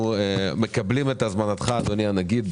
אנחנו מקבלים את הזמנתך, אדוני הנגיד.